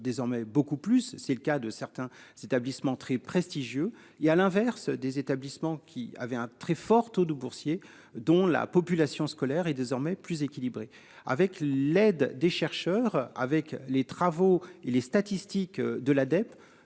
Désormais beaucoup plus, c'est le cas de certains s'établissement très prestigieux et à l'inverse, des établissements qui avait un très fort taux de boursiers dont la population scolaire est désormais plus équilibré avec l'aide des chercheurs avec les travaux et les statistiques de la